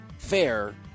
Fair